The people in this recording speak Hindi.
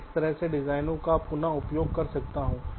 मैं इस तरह से डिजाइनों का पुन उपयोग कर सकता हूं